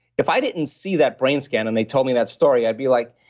if i didn't see that brain scan and they told me that story, i'd be like,